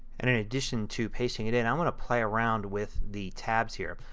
and in addition to pasting it in i'm going to play around with the tabs here.